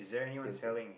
yes